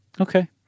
Okay